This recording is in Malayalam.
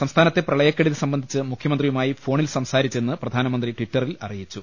സംസ്ഥാനത്തെ പ്രളയക്കെടുതി സംബന്ധിച്ച് മുഖൃമന്ത്രിയുമായി ഫോണിൽ സംസാരിച്ചെന്ന് പ്രധാനമന്ത്രി ടിറ്ററിൽ അറിയിച്ചു